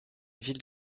ville